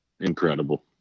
Incredible